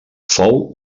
fou